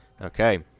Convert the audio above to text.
Okay